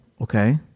okay